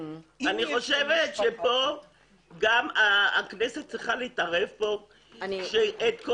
אני חושבת שהכנסת צריכה להתערב כאן כך שכל